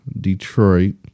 Detroit